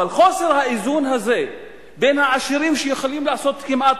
אבל חוסר האיזון הזה בין העשירים שיכולים לעשות כמעט